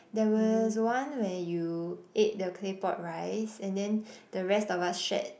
there was one where you ate the clay pot rice and then the rest of us shared